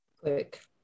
Quick